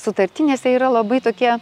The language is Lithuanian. sutartinėse yra labai tokie